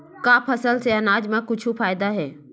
का फसल से आनाज मा कुछु फ़ायदा हे?